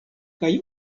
kaj